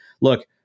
look